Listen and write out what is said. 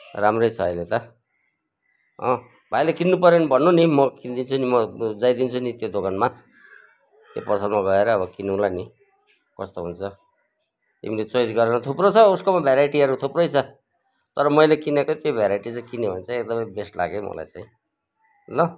राम्रै छ अहिले त हो भाइले किन्नु पऱ्यो भने भन्नु नि म किनिदिन्छु नि म गइदिन्छु नि त्यो दोकानमा त्यो पसलमा गएर अब किनौँला नि कस्तो हुन्छ तिमीले चोइस गरेर थुप्रो छ उसकोमा भेराइटीहरू थुप्रै छ तर मैले किनेको त्यो भेराइटी चाहिँ किन्यो भने चाहिँ एकदमै बेस्ट लाग्यो है मलाई चाहिँ ल